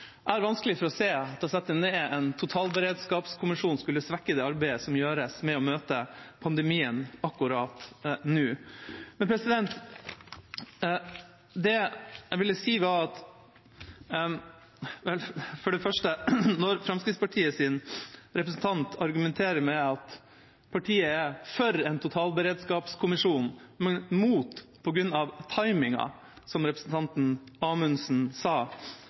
vanskelig for å se at det å sette ned en totalberedskapskommisjon skulle svekke det arbeidet som gjøres med å møte pandemien akkurat nå. Det jeg ville si, var for det første: Når Fremskrittspartiets representant argumenterer med at partiet er for en totalberedskapskommisjon, men imot på grunn av «timingen», som representanten Amundsen sa,